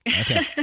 Okay